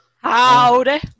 howdy